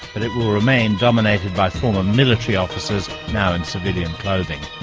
but it will remain dominated by former military officers now in civilian clothing.